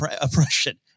oppression